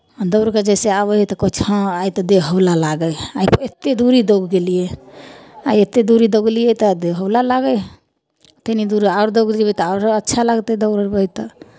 दौड़ि कऽ जइसे आबै हइ तऽ कहै छै हँ आइ तऽ देह हौला लागै हइ आइ एतेक दूरी दौड़ि गेलियै आइ एतेक दूरी दौड़लियै तऽ देह हौला लागै हइ कनि दूर आरो दौड़ि जयबै तऽ आरो अच्छा लागतै दौड़बै तऽ